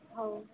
ହଉ